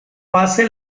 fase